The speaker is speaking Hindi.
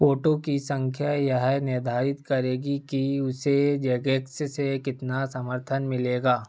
वोटों की संख्या यह निर्धारित करेगी कि उसे जेगेक्स से कितना समर्थन मिलेगा